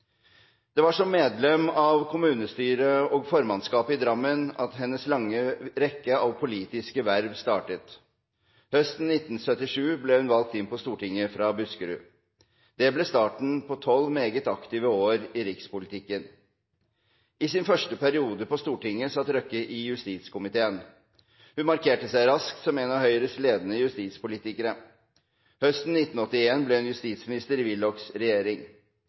Det var som medlem av kommunestyret og formannskapet i Drammen at hennes lange rekke av politiske verv startet. Høsten 1977 ble hun valgt inn på Stortinget fra Buskerud. Det ble starten på 12 meget aktive år i rikspolitikken. I sin første periode på Stortinget satt Røkke i justiskomiteen. Hun markerte seg raskt som en av Høyres ledende justispolitikere. Høsten 1981 ble hun justisminister i Willochs regjering,